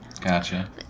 Gotcha